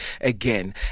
again